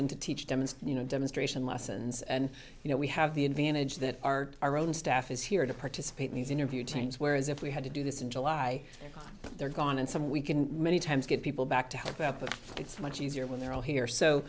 in to teach them and you know demonstration lessons and you know we have the advantage that our our own staff is here to participate means interview change whereas if we had to do this in july they're gone and some we can many times get people back to help out but it's much easier when they're all here